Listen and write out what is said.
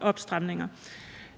opstramninger?